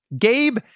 Gabe